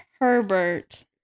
Herbert